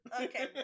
Okay